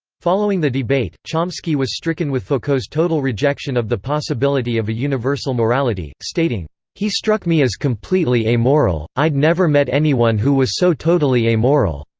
following the debate, chomsky was stricken with foucault's total rejection of the possibility of a universal morality, stating he struck me as completely amoral, i'd never met anyone who was so totally amoral